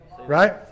Right